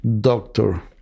doctor